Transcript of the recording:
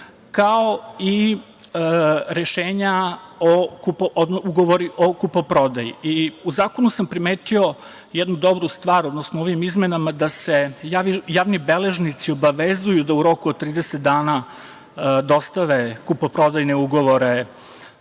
kao i ugovori o kupoprodaji. U zakonu sam primetio jednu dobru stvar, odnosno u ovim izmenama, da se javni beležnici obavezuju da u roku od 30 dana dostave kupoprodajne ugovore